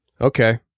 Okay